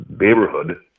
neighborhood